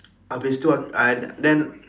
habis tu uh then